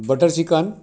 butter chicken